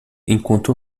enquanto